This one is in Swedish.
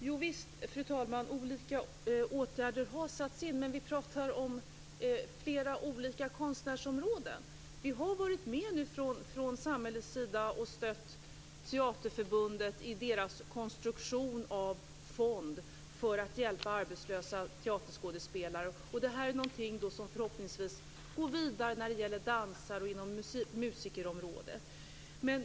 Fru talman! Visst har olika åtgärder satts in, men vi talar om flera olika konstnärsområden. Vi har nu varit med från samhällets sida och stött Teaterförbundet i dess konstruktion av fond för att hjälpa arbetslösa teaterskådespelare. Det är någonting som förhoppningsvis går vidare när det gäller dansare och på musikerområdet.